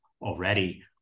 already